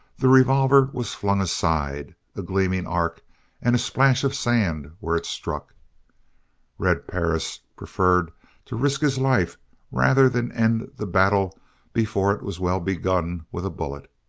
the revolver was flung aside, a gleaming arc and a splash of sand where it struck red perris preferred to risk his life rather than end the battle before it was well begun with a bullet.